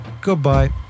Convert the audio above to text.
goodbye